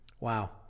wow